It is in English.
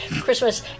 Christmas